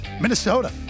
Minnesota